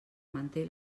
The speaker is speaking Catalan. manté